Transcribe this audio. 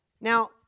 Now